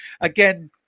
again